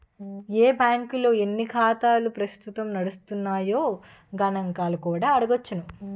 ఏ బాంకుల్లో ఎన్ని ఖాతాలు ప్రస్తుతం నడుస్తున్నాయో గణంకాలు కూడా అడగొచ్చును